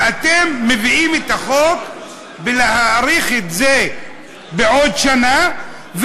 ואתם מביאים את החוק כדי להאריך את זה בעוד שנה,